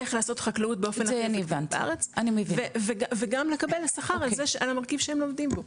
איך לעשות חקלאות וגם לקבל שכר על המרכיב שהם לומדים בו.